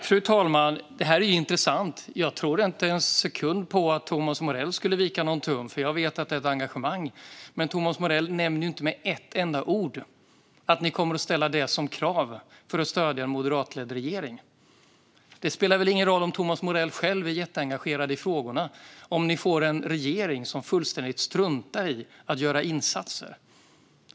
Fru talman! Det här är intressant. Jag tror inte för en sekund att Thomas Morell skulle vika en tum, för jag vet om hans engagemang. Men Thomas Morell nämner inte med ett enda ord att ni kommer att ställa detta som krav för att stödja en moderatledd regering. Det spelar ingen roll om Thomas Morell själv är jätteengagerad i frågorna om han får en regering som fullständigt struntar i att göra insatser.